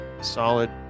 Solid